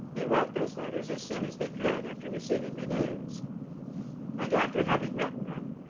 they wrote those letters as soon as they could after receiving the news and after having written them,